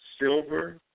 silver